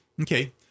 Okay